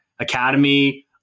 Academy